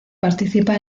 participa